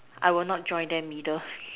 I will not join them either